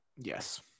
Yes